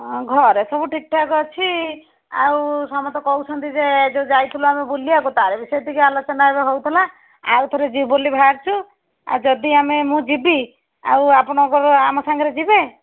ହଁ ଘରେ ସବୁ ଠିକ୍ ଠାକ୍ ଅଛି ଆଉ ସମସ୍ତେ କହୁଛନ୍ତି ଯେ ଯେଉଁ ଯାଇଥିଲୁ ଆମେ ବୁଲିବାକୁ ତା'ର ବିଷୟରେ ଟିକେ ଆଲୋଚନା ଏବେ ହେଉଥିଲା ଆଉ ଥରେ ଯିବୁ ବୋଲି ବାହାରିଛୁ ଆଉ ଯଦି ଆମେ ମୁଁ ଯିବି ଆଉ ଆପଣଙ୍କର ଆମ ସାଙ୍ଗରେ ଯିବେ